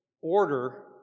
order